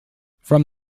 from